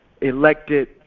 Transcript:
elected